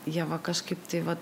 ieva kažkaip tai va